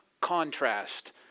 contrast